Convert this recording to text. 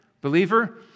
believer